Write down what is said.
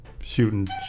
Shooting